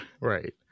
Right